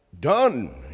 done